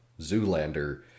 Zoolander